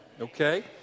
Okay